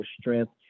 strength